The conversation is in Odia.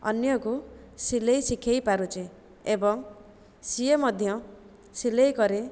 ଅନ୍ୟକୁ ସିଲେଇ ଶିଖାଇ ପାରୁଛି ଏବଂ ସିଏ ମଧ୍ୟ ସିଲେଇ କରେ